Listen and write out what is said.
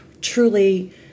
truly